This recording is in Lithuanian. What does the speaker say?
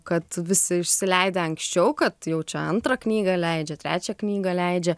kad visi išsileidę anksčiau kad jaučia antrą knygą leidžia trečią knygą leidžia